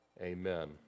Amen